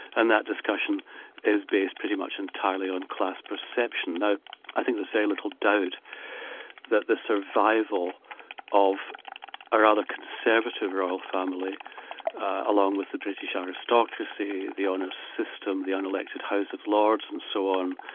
and that discussion is based pretty much entirely on class perception. now i think there's very little doubt that the survival of a rather conservative royal family along with the british aristocracy, the honours ah system, the unelected house of lords, and so on,